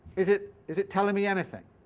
is it is it telling me anything?